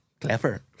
clever